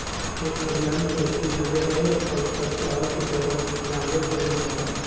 खेत खलिहान पाहिले ज्यादे रहे, अब त सहर के जगह ज्यादे भईल जाता